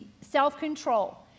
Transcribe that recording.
Self-control